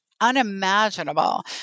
unimaginable